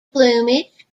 plumage